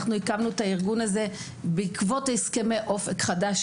הקמנו את הארגון הזה בעקבות הסכמי אופק חדש,